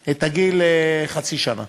לפני גיל חצי שנה